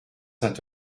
sainte